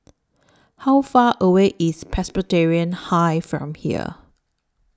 How Far away IS Presbyterian High from here